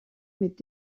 mit